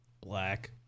Black